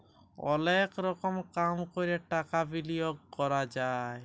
অলেক রকম কাম ক্যরে টাকা বিলিয়গ ক্যরা যায়